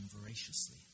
voraciously